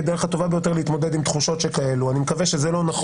הדרך הטובה ביותר להתמודד עם תחושות שכאלו של